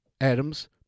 Adams